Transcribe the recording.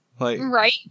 Right